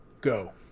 Go